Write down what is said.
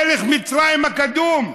מלך מצרים הקדום: